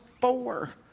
four